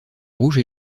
rouge